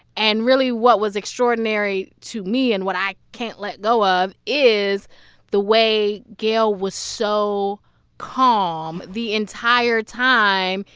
and really, what was extraordinary to me and what i can't let go of is the way gayle was so calm the entire time.